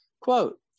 Quote